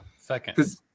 second